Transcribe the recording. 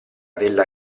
della